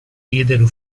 diedero